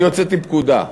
אני הוצאתי פקודה,